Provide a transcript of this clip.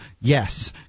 Yes